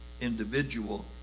individual